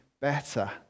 better